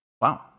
Wow